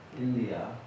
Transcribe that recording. India